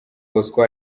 bosco